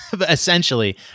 essentially